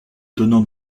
donnant